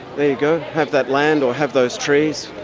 there go, have that land or have those trees.